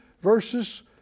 versus